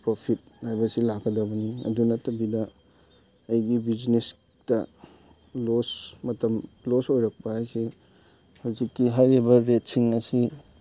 profit ꯍꯥꯏꯕꯁꯤ ꯂꯥꯛꯀꯗꯕꯅꯤ ꯑꯗꯨ ꯅꯠꯇꯕꯤꯗ ꯑꯩꯒꯤ ꯕꯤꯖꯤꯅꯦꯁꯇ ꯂꯣꯁ ꯃꯇꯝ ꯂꯣꯁ ꯑꯣꯏꯔꯛꯄ ꯍꯥꯏꯁꯦ ꯍꯧꯖꯤꯛꯀꯤ ꯍꯥꯏꯔꯤꯕ ꯔꯦꯠꯁꯤꯡ ꯑꯁꯤ